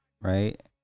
right